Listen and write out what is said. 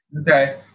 Okay